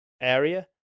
area